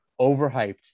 overhyped